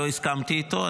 לא הסכמתי איתו.